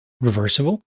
reversible